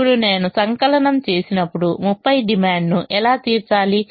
ఇప్పుడు నేను సంకలనం చేసినప్పుడు 30 డిమాండ్ను ఎలా తీర్చాలి